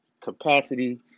capacity